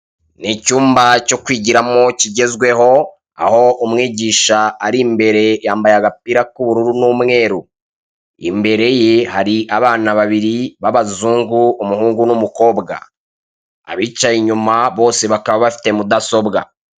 Ni icymba cyo kwigiramo kigezweho, aho umwigisha ari imbere yambaye agapira k'ubururu numweru, imbere ye hari abana babiri b'abazungu umuhungu n'umukobwa, abicaye inyuma bose bakaba bafite mudasobwa.